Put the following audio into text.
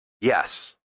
Yes